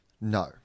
No